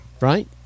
Right